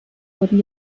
wurden